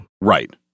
Right